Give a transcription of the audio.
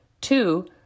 two